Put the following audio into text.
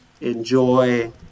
enjoy